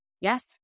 Yes